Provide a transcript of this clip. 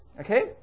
Okay